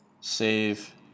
Save